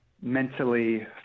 mentally